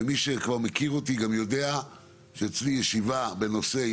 ומי שכבר מכיר אותי גם יודע שאצלי ישיבה בנושא היא